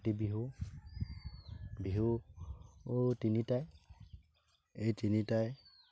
কাতি বিহু বিহু তিনিটাই এই তিনিটাই